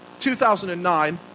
2009